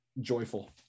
joyful